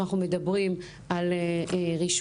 אני רוצה להתחיל מהנחיית פרקליט